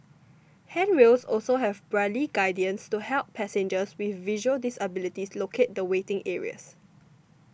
handrails also have Braille guidance to help passengers with visual disabilities locate the waiting areas